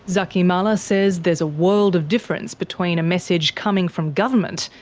zaky mallah says there's a world of difference between a message coming from government,